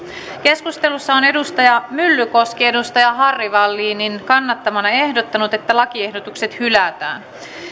keskustelussa on jari myllykoski harry wallinin kannattamana ehdottanut että lakiehdotukset hylätään